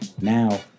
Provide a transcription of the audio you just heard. now